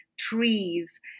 Trees